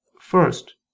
First